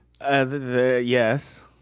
Yes